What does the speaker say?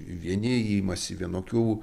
vieni imasi vienokių